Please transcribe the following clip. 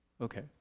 Okay